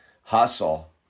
hustle